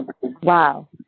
Wow